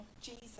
Jesus